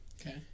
Okay